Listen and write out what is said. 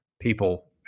people